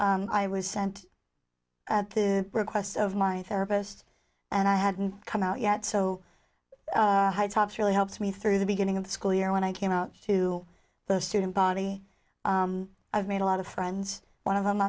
started i was sent to request of mind therapist and i hadn't come out yet so high tops really helped me through the beginning of the school year when i came out to the student body i've made a lot of friends one of them